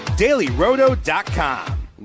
DailyRoto.com